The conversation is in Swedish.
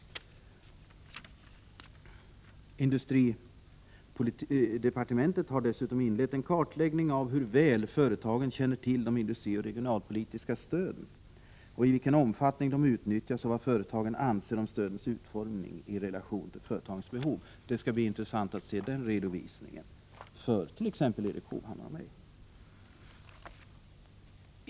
Industridepartementet har dessutom inlett en kartläggning av hur väl företagen känner till det industrioch regionalpolitiska stödet, i vilken omfattning det utnyttjas och vad företagen anser om stödets utformning i relation till företagens behov. Det skall bli intressant för t.ex. Erik Hovhammar och mig att se den redovisningen.